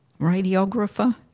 radiographer